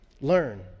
Learn